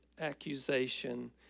accusation